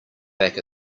back